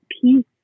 peace